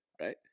right